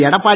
Edappadi